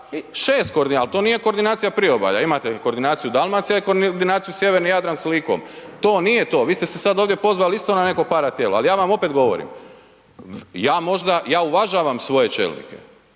6 koordinacija, al to nije koordinacija priobalja, imate koordinaciju Dalmacija i koordinaciju sjeverni Jadran s Likom, to nije to, vi ste sad ovdje pozvali isto na neko paratijelo, ali ja vam opet govorim, ja možda, ja uvažavam svoje čelnike,